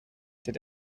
did